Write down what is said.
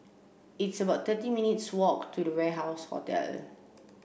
it's about thirty minutes' walk to the Warehouse Hotel